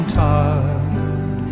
tired